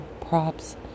props